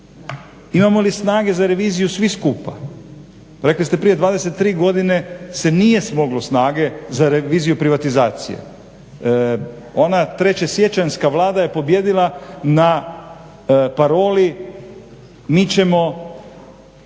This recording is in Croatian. Imamo li snage za reviziju svi skupa? Pa rekli ste prije 23 godine se nije smoglo snage za reviziju privatizacije. Ona treće siječanjska Vlada je pobijedila na paroli, mi ćemo